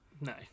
No